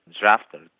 drafted